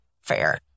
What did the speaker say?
Fair